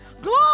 Glory